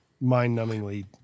mind-numbingly